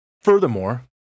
Furthermore